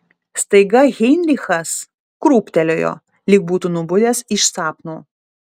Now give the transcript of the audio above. staiga heinrichas krūptelėjo lyg būtų nubudęs iš sapno